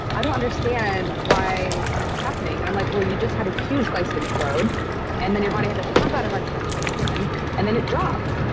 i don't understand why this is happening. and i'm like, well you just had a huge glycemic load and then your body had to pump out a bunch of extra insulin and then it dropped.